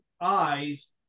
eyes